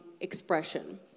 expression